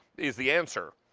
is the answer.